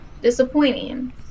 disappointing